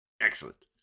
Excellent